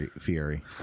Fieri